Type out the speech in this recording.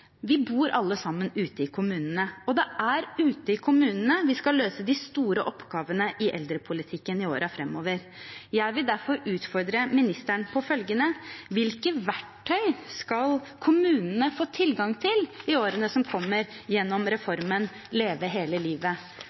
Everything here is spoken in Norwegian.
Vi bor alle ute i kommunene, og det er ute i kommunene vi skal løse de store oppgavene i eldrepolitikken i årene framover. Jeg vil derfor utfordre ministeren på følgende: Hvilke verktøy skal kommunene få tilgang til i årene som kommer, gjennom reformen «Leve hele livet»?